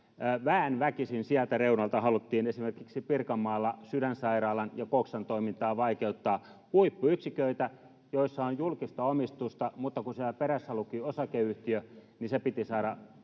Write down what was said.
Väen väkisin sieltä reunalta haluttiin esimerkiksi Pirkanmaalla Sydänsairaalan ja Coxan toimintaa vaikeuttaa — huippuyksiköitä, joissa on julkista omistusta, mutta kun siellä perässä luki osakeyhtiö, niin sitä toimintaa